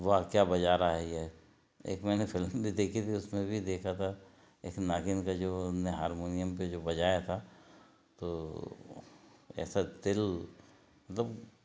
वाह क्या बजा रहा है ये एक मैंने फ़िल्म भी देखी थी उसमें भी देखा था एक नागिन का जो हारमोनियम पे जो बजाया था तो ऐसा दिल मतलब